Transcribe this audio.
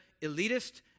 elitist